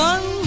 One